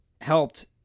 helped